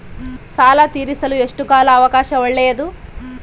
ಸಾಲ ತೇರಿಸಲು ಎಷ್ಟು ಕಾಲ ಅವಕಾಶ ಒಳ್ಳೆಯದು?